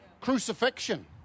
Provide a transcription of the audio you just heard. crucifixion